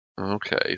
Okay